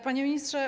Panie Ministrze!